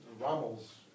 Rommel's